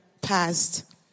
passed